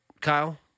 kyle